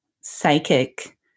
psychic